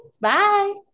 Bye